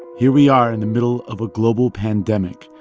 here we are in the middle of a global pandemic.